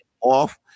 off